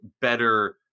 better